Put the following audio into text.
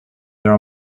there